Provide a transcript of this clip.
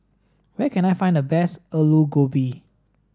where can I find the best Aloo Gobi